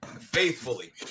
faithfully